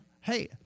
Hey